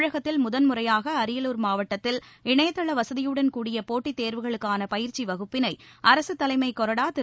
தமிழகத்தில் முதன்முறையாக அரியலூர் மாவட்டத்தில் இணையதள வசதியுடன் கூடிய போட்டித் தேர்வுகளுக்கான பயிற்சி வகுப்பினை அரசு தலைமைக் கொறடா திரு